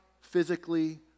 physically